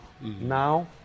now